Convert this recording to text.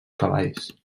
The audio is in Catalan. cavalls